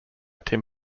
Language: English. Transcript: tim